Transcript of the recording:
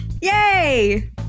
Yay